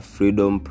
Freedom